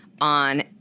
on